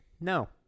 No